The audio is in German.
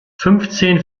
fünfzehn